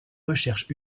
recherches